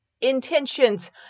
intentions